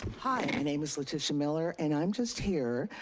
hi, my name is leticia miller. and i'm just here,